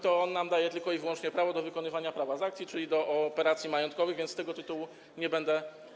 to on nam daje tylko i wyłącznie prawo do wykonywania prawa z akcji, czyli do operacji majątkowych, więc z tego tytułu nie będę.